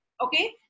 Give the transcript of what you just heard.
Okay